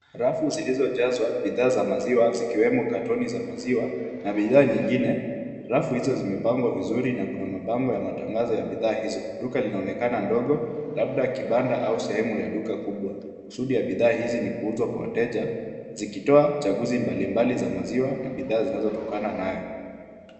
Rafu zilizojazwa bidhaa za maziwa zikiwemo katoni za maziwa na bidhaa nyingine. Rafu hizo zimepangwa vizuri na kuna mabango ya matangazo ya bidhaa hizo. Duka linaonekana ndogo labda kibanda au sehemu ya duka kubwa. Kusudi ya bidhaa hizi ni kuuzwa kwa wateja zikitoa chaguzi mbalimbali za maziwa na bidhaa zinazotokana nayo.